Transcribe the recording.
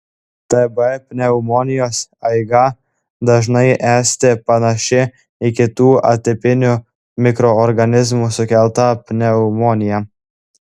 tb pneumonijos eiga dažnai esti panaši į kitų atipinių mikroorganizmų sukeltą pneumoniją